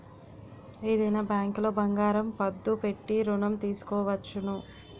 ఏదైనా బ్యాంకులో బంగారం పద్దు పెట్టి ఋణం తీసుకోవచ్చును